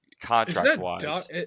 contract-wise